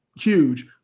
huge